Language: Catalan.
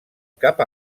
cap